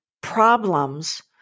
problems